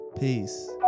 peace